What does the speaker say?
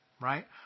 right